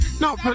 No